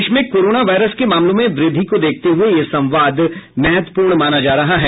देश में corona virus के मामलों में वृद्धि को देखते हुए यह संवाद महत्वपूर्ण माना जा रहा है